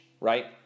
right